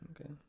Okay